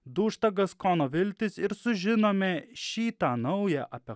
dūžta gaskono viltys ir sužinome šį tą nauja apie